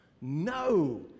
No